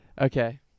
Okay